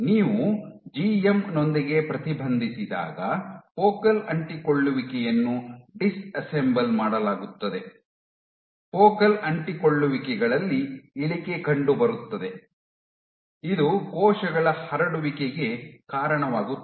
ನೀವು ಜಿಎಂ ನೊಂದಿಗೆ ಪ್ರತಿಬಂಧಿಸಿದಾಗ ಫೋಕಲ್ ಅಂಟಿಕೊಳ್ಳುವಿಕೆಯನ್ನು ಡಿಸ್ಅಸೆಂಬಲ್ ಮಾಡಲಾಗುತ್ತದೆ ಫೋಕಲ್ ಅಂಟಿಕೊಳ್ಳುವಿಕೆಗಳಲ್ಲಿ ಇಳಿಕೆ ಕಂಡುಬರುತ್ತದೆ ಇದು ಕೋಶಗಳ ಹರಡುವಿಕೆಗೆ ಕಾರಣವಾಗುತ್ತದೆ